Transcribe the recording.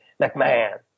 McMahon